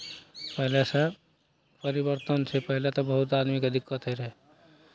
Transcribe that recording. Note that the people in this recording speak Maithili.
पहिलेसँ परिवर्तन छै पहिले तऽ बहुत आदमीकेँ दिक्कत होइत रहै